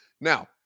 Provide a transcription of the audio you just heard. now